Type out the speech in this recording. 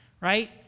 right